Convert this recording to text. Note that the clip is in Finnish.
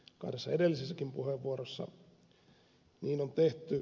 kahdessa edellisessäkin puheenvuorossa niin on tehty